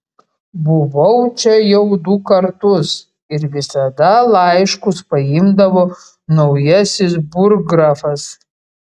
buvau čia jau du kartus ir visada laiškus paimdavo naujasis burggrafas